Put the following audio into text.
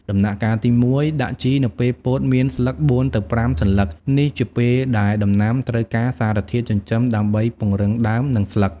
ដំណាក់កាលទី១ ដាក់ជីនៅពេលពោតមានស្លឹក ៤ ទៅ ៥ សន្លឹក នេះជាពេលដែលដំណាំត្រូវការសារធាតុចិញ្ចឹមដើម្បីពង្រឹងដើម និងស្លឹក។